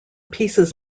pieces